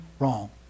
wrong